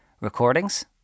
recordings